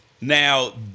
Now